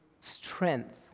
strength